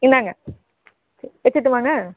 இந்தாங்க வச்சுரட்டுமாங்க